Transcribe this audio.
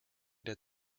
der